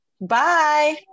Bye